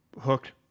Hooked